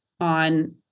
on